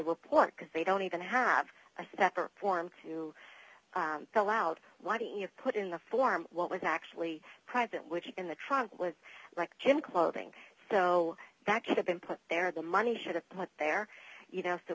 report because they don't even have a separate form to fill out why do you put in the form what was actually present which in the trunk was like jim clothing so that could have been put there the money should have put there you know so